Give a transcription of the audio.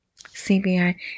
CBI